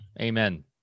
amen